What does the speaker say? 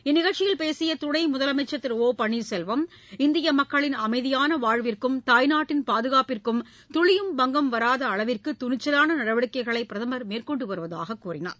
இந்நிகழ்ச்சியில் பேசிய துணை முதலமைச்சர் திரு ஒபன்னீர்செல்வம் இந்திய மக்களின் அமைதியான வாழ்விற்கும் தாய் நாட்டின் பாதுகாப்பிற்கும் துளியும் பங்கம் வராத அளவிற்கு துணிச்சலான நடவடிக்கைகளை பிரதமர் மேற்கொண்டு வருவதாக கூறினார்